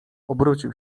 obrócił